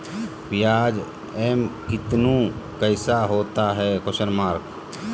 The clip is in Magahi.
प्याज एम कितनु कैसा होता है?